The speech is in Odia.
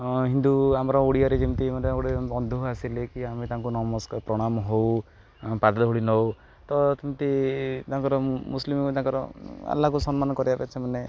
ହିନ୍ଦୁ ଆମର ଓଡ଼ିଆରେ ଯେମିତି ମାନେ ଗୋଟେ ବନ୍ଧୁ ଆସିଲେ କି ଆମେ ତାଙ୍କୁ ନମସ୍କାର ପ୍ରଣାମ ହଉ ପାଦ ଧୁଳି ନଉ ତ ସେମିତି ତାଙ୍କର ମୁସଲିମ୍ ତାଙ୍କର ଆଲ୍ଲାଙ୍କୁ ସମ୍ମାନ କରିବା ପାଇଁ ସେମାନେ